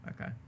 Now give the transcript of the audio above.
okay